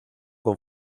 con